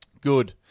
Good